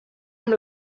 amb